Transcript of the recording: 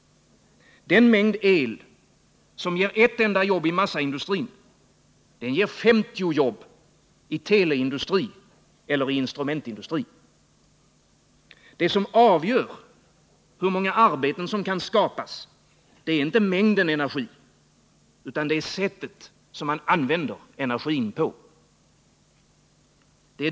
Den mängd elkraft som ger ett enda jobb i massaindustrin, ger 50 jobb i teleindustri eller instrumentindustri. Det som avgör hur många arbeten som kan skapas är inte mängden energi — det är sättet man använder energin på.